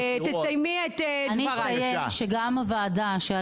אציין שגם הוועדה,